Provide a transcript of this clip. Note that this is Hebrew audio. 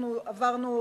אנחנו עברנו,